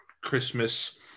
Christmas